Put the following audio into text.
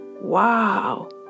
Wow